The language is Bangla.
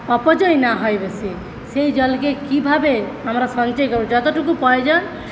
অপচয় না হয় বেশী সেই জলকে কীভাবে আমরা সঞ্চয় করব যতটুকু প্রয়োজন